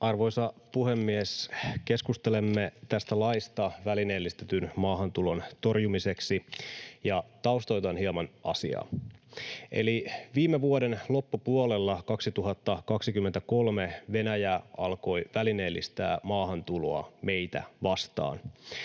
Arvoisa puhemies! Keskustelemme tästä laista välineellistetyn maahantulon torjumiseksi, ja taustoitan hieman asiaa: Eli viime vuoden loppupuolella, 2023, Venäjä alkoi välineellistää maahantuloa meitä vastaan.